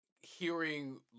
hearing